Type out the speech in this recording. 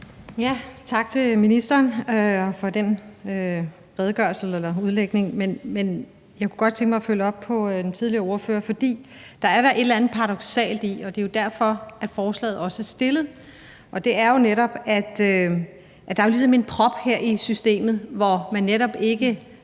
Tak til ministeren for den redegørelse eller udlægning. Jeg kunne godt tænke mig at følge op på det, den forrige ordfører sagde, for der er da et eller andet paradoksalt i – og det er jo derfor, at forslaget også er fremsat – at der ligesom er en prop her i systemet, hvor man netop ikke